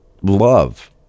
love